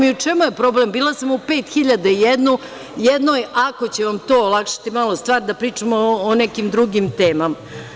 I, u čemu je problem, bila sam u 5001, ako će vam to olakšati malo stvar, da pričamo o nekim drugim temama.